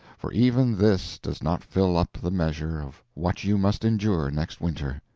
for even this does not fill up the measure of what you must endure next winter.